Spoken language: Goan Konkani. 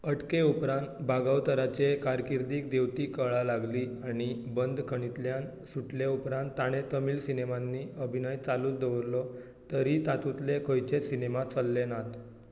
अटके उपरांत भागवतराचे कारकिर्दीक देंवती कळा लागली आणी बंदखणींतल्यान सुटले उपरांत ताणें तमीळ सिनेमांनी अभिनय चालूच दवरलो तरी तातूंतले खंयचेच सिनेमा चल्ले नात